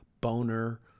Boner